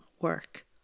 work